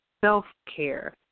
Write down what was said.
self-care